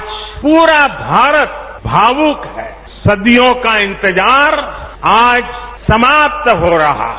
आज पूरा भारत भावुक है सदियों का इंतजार आज समाप्त हो रहा है